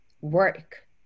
work